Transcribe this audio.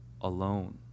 alone